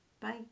Bye